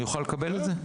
אני אוכל לקבל את זה?